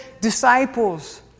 disciples